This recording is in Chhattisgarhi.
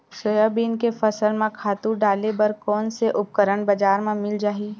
सोयाबीन के फसल म खातु डाले बर कोन से उपकरण बजार म मिल जाहि?